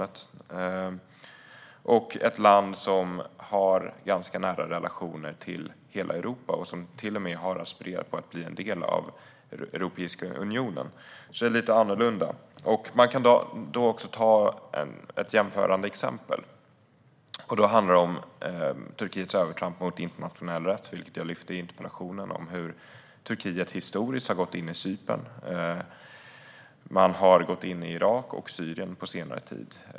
Det är också ett land som har ganska nära relationer till hela Europa och till och med har aspirerat på att bli en del av Europeiska unionen. Det är alltså lite annorlunda förutsättningar. Man kan också ta ett jämförande exempel. Det handlar om Turkiets övertramp av internationell rätt, vilket jag lyfte fram i interpellationen, då Turkiet har gått in i Cypern tidigare och i Irak och Syrien på senare tid.